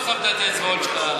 וכמו ילד טוב שמת את האצבעות שלך,